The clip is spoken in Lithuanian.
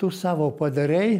tu savo padarei